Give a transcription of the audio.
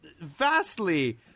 vastly